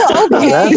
okay